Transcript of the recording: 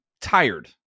tired